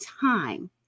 time